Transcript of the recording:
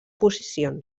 posicions